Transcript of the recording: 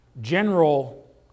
general